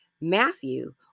Matthew